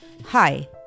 Hi